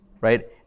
right